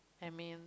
I mean